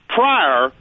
prior